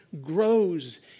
grows